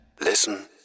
Listen